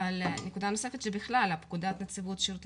אבל נקודה נוספת שבכלל פקודת נציבות שירות